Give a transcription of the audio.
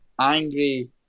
angry